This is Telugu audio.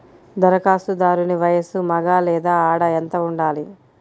ధరఖాస్తుదారుని వయస్సు మగ లేదా ఆడ ఎంత ఉండాలి?